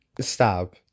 Stop